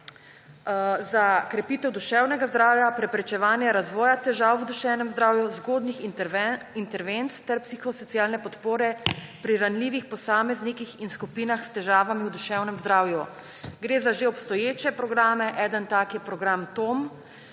za krepitev duševnega zdravja, preprečevanja razvoja težav v duševnem zdravju, zgodnjih intervencij ter psihosocialne podpore pri ranljivih posameznikih in skupinah s težavami v duševnem zdravju. Gre za že obstoječe programe, eden tak je program Tom,